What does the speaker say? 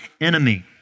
enemy